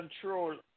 control